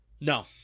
No